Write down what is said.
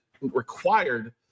required